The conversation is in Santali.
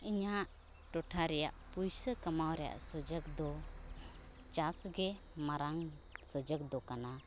ᱤᱧᱟᱹᱜ ᱴᱚᱴᱷᱟ ᱨᱮᱭᱟᱜ ᱯᱩᱭᱥᱟᱹ ᱠᱟᱢᱟᱣ ᱨᱮᱭᱟᱜ ᱥᱩᱡᱳᱜᱽᱫᱚ ᱪᱟᱥᱜᱮ ᱢᱟᱨᱟᱝ ᱥᱩᱡᱳᱜᱽᱫᱚ ᱠᱟᱱᱟ